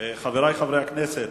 חברי חברי הכנסת,